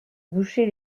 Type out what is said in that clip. boucher